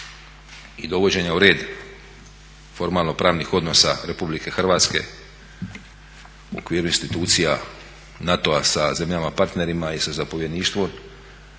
i dovođenja u red formalno pravnih odnosa Republike Hrvatske u okviru institucija NATO-a sa zemljama partnerima i sa zapovjedništvom.